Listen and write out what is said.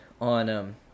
on